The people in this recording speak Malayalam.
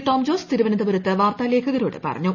ടോം ജോസ് തിരുവനന്തപുരത്ത് വാർത്താലേഖകരോട് പറഞ്ഞു